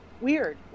weird